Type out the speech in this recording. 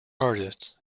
artists